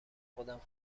خودم